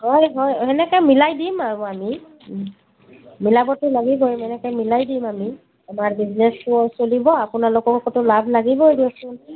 হয় হয় তেনেকৈ মিলাই দিম বাৰু আমি মিলাবতো লাগিবই এনেকৈ মিলাই দিম আমি আমাৰ বিজনেছটোও চলিব আপোনালোককোতো লাভ লাগিবই দিয়কচোন